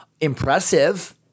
impressive